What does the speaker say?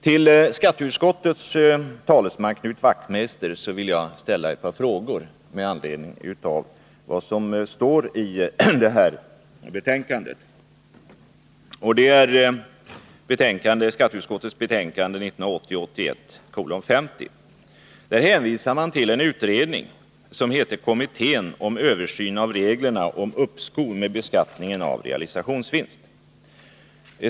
Till skatteutskottets talesman, Knut Wachtmeister, vill jag ställa ett par frågor med anledning av det som står i betänkandet. I skatteutskottets betänkande 1980/81:58 hänvisas till en utredning som heter kommittén om översyn av reglerna om uppskov med beskattningen av realisationsvinst.